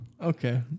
Okay